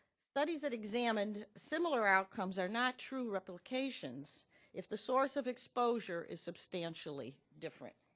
studies that examined similar outcomes are not true replications if the source of exposure is substantially different,